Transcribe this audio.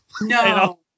No